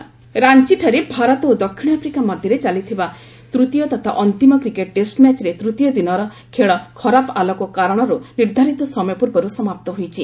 cricket ରାଞ୍ଚଠାରେ ଭାରତ ଓ ଦକ୍ଷିଣ ଆଫ୍ରିକା ମଧ୍ୟରେ ଚାଲିଥିବା ତୃତୀୟ ତଥା ଅନ୍ତିମ କ୍ରିକେଟ ଟେଷ୍ଟ ମ୍ୟାଚର ତୂତୀୟ ଦିନର ଖେଳ ଖରାପ ଆଲୋକ କାରଣରୁ ନିର୍ଦ୍ଧାରିତ ସମୟ ପୂର୍ବରୁ ସମାପ୍ତ ହୋଇଛି